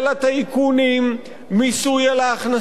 מיסוי על ההכנסות הכלואות,